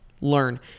learn